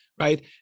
right